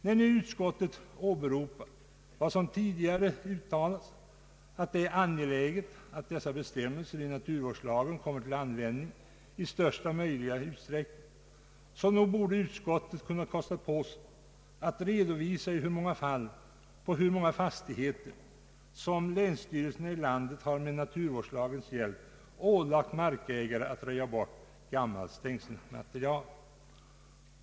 När utskottet åberopar vad som tidigare uttalats, att det är angeläget att dessa bestämmelser i naturvårdslagen kommer till användning i största möjliga utsträckning, så borde utskottet kunnat kosta på sig att redovisa i hur många fall och på hur många fastigheter som länsstyrelserna i landet med naturvårdslagens hjälp har ålagt markägare att röja bort gammalt stängselmaterial.